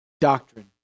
doctrine